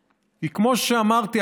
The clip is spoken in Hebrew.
כי כמו שאמרתי,